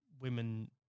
women